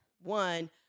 one